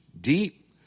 deep